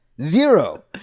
Zero